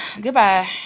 Goodbye